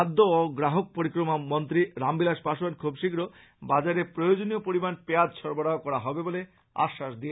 খাদ্য ও গ্রাহক পরিক্রমা মন্ত্রী রাম বিলাস পাশোয়ান খুব শীঘ্র বাজারে প্রয়োজনীয় পরিমান পেঁয়াজ সরবরাহ করা হবে বলে আশ্বাস দেন